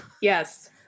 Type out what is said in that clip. Yes